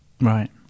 Right